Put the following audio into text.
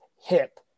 hip